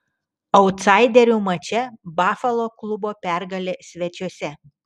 autsaiderių mače bafalo klubo pergalė svečiuose